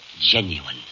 genuine